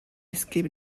skip